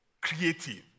creative